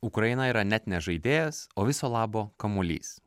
ukraina yra net ne žaidėjas o viso labo kamuolys